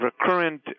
recurrent